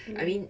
mm